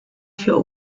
für